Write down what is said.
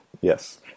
Yes